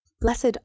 blessed